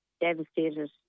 devastated